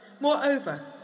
Moreover